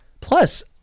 Plus